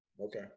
Okay